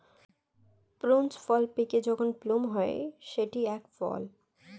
prunes ফল পেকে যখন প্লুম হয় সেটি এক ফল